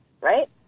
Right